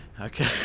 Okay